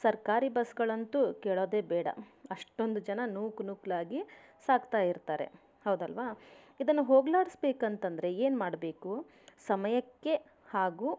ಸರ್ಕಾರಿ ಬಸ್ಗಳಂತೂ ಕೇಳೋದೇ ಬೇಡ ಅಷ್ಟೊಂದು ಜನ ನೂಕುನುಗ್ಗಲಾಗಿ ಸಾಗ್ತಾಯಿರ್ತಾರೆ ಹೌದಲ್ವಾ ಇದನ್ನು ಹೋಗಲಾಡಿಸಬೇಕಂತಂದರೆ ಏನು ಮಾಡಬೇಕು ಸಮಯಕ್ಕೆ ಹಾಗು ಸ್ಥಳಕ್ಕೆ